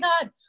God